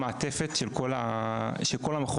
מעטפת של כל המכון,